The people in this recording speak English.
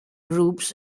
groups